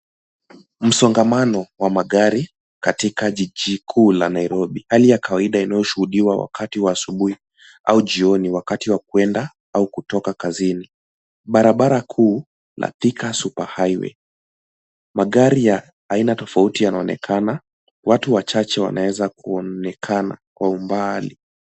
Msongamano wa magari katika jiji kuu la Nairobi. Hali ya kawaida inayoshuhudiwa wakati wa asubuhi au jioni wakati wa kwenda au kutoka kazini. Barabara kuu la Thika Superhighway . Magari ya aina tofauti yanaonekana, watu wachache wanaweza kuonekana kwa umbali.